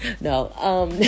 No